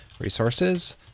resources